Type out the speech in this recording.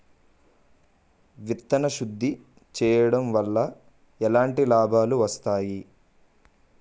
విత్తన శుద్ధి చేయడం వల్ల ఎలాంటి లాభాలు వస్తాయి?